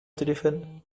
téléphone